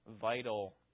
vital